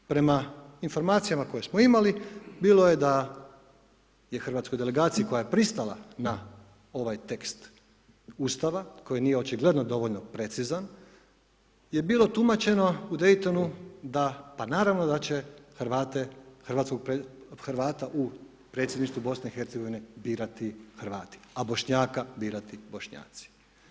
Prema informacijama koje smo imali bilo je da je hrvatskoj delegaciji koja je pristala na ovaj tekst Ustava koji nije očigledno dovoljno precizan je bilo tumačeno u Dejtonu da, pa naravno, da će Hrvate, Hrvata u predsjedništvu BiH birati Hrvati, a Bošnjaka birati Bošnjaci.